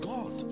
God